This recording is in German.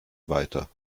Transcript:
weiter